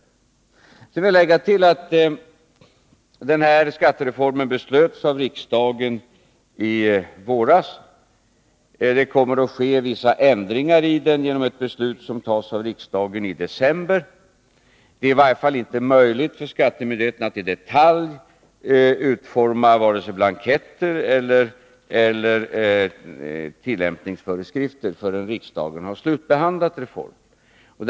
Sedan vill jag lägga till att den här skattereformen beslöts av riksdagen i våras. Det kommer att ske vissa ändringar i den genom ett beslut som tas av riksdagen i december. Det är i varje fall inte möjligt för skattemyndigheterna att i detalj utforma vare sig blanketter eller tillämpningsföreskrifter förrän riksdagen har slutbehandlat reformen.